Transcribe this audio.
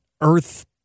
earth